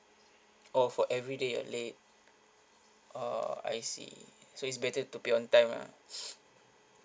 oh for everyday you're late oh I see so is better to pay on time lah